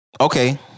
Okay